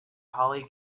holly